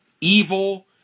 evil